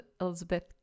elizabeth